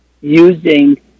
using